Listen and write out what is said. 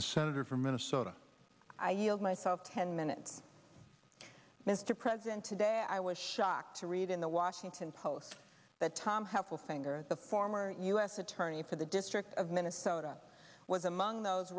the senator from minnesota i yield myself ten minutes mr president today i was shocked to read in the washington post but tom helpful finger the former u s attorney for the district of minnesota was among those